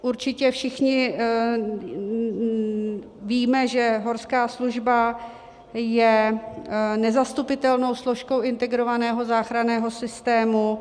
Určitě všichni víme, že horská služba je nezastupitelnou složkou integrovaného záchranného systému.